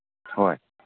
ꯍꯣꯏ